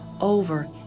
over